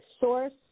Source